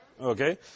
Okay